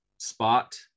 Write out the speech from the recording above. spot